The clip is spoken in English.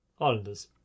Islanders